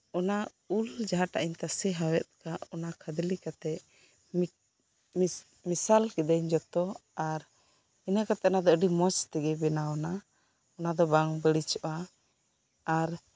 ᱚᱱᱟ ᱩᱞ ᱡᱟᱦᱟᱸᱴᱟᱜ ᱤᱧ ᱛᱟᱥᱮ ᱦᱟᱣᱮᱜ ᱠᱟᱜ ᱚᱱᱟ ᱠᱷᱟᱫᱽᱞᱮ ᱠᱟᱛᱮᱜ ᱢᱤᱫ ᱢᱤᱥᱟᱞ ᱠᱤᱫᱟᱹᱧ ᱡᱚᱛᱚ ᱟᱨ ᱤᱱᱟᱹ ᱠᱟᱛᱮᱜ ᱟᱫᱚ ᱟᱰᱤ ᱢᱚᱸᱡᱽ ᱛᱮᱜᱮ ᱦᱩᱭᱱᱟ ᱚᱱᱟ ᱚᱱᱟ ᱫᱚ ᱵᱟᱝ ᱵᱟᱲᱤᱡᱚᱜᱼᱟ ᱟᱨ